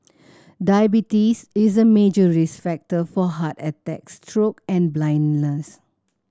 diabetes is a major risk factor for heart attacks stroke and blindness